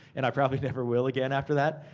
and i probably never will again after that.